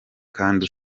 kandi